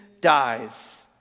dies